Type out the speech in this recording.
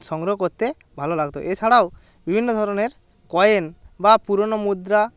সংগ্রহ করতে ভালো লাগতো এছাড়াও বিভিন্ন ধরনের কয়েন বা পুরোনো মুদ্রা